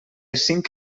cinc